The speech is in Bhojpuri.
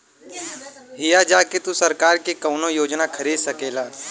हिया जा के तू सरकार की कउनो योजना खरीद सकेला